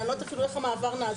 ואני לא יודעת אפילו איך המעבר נעשה.